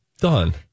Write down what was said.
Done